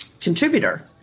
contributor